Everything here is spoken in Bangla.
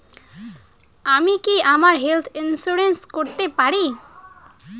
আমি কি আমার হেলথ ইন্সুরেন্স করতে পারি?